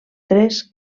tres